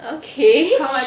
okay sure